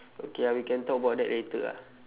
okay ah we can talk about that later ah